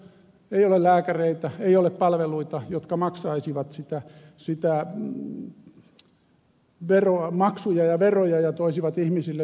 ei ole lääkäreitä ei ole palveluita jotka maksaisivat maksuja ja veroja ja toisivat ihmisille hyvinvointia